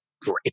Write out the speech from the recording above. great